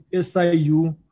SIU